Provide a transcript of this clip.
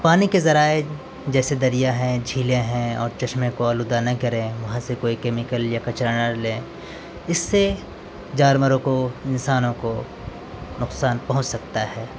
پانی کے ذرائع جیسے دریا ہیں جھیلیں ہیں اور چشمے کو آلودہ نہ کریں وہاں سے کوئی کیمیکل یا کچرہ نہ لیں اس سے جارمروں کو انسانوں کو نقصان پہنچ سکتا ہے